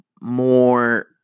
more